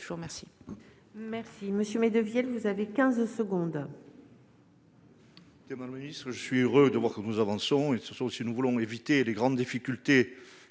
je vous remercie